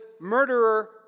murderer